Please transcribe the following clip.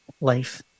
life